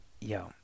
yo